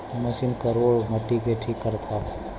machine करेड़ मट्टी के ठीक करत हौ